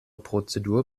prozedur